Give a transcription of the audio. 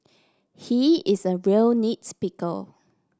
he is a real nits picker